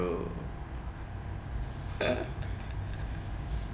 bro